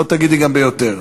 לא תגידי גם ביותר,